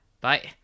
Bye